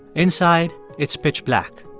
inside, it's pitch black.